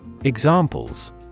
Examples